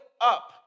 up